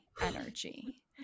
energy